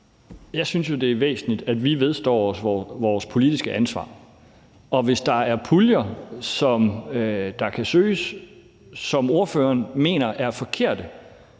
Jeg synes jo, det er væsentligt, at vi vedstår os vores politiske ansvar. Og hvis der er puljer, som kan søges, og som ordføreren mener er forkerte,